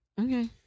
Okay